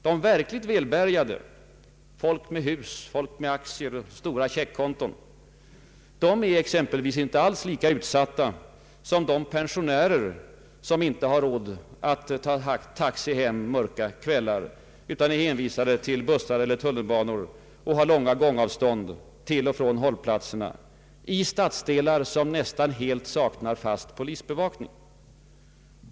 De verkligt välbärgade — folk med hus, aktier och stora checkkonton — är exempelvis inte alls lika utsatta som de pensionärer vilka inte har råd att ta taxi hem mörka kvällar utan är hänvisade till bussar och tunnelbanor och har långa gångavstånd till och från hållplatserna i stadsdelar som nästan helt saknar fast polisbevakning.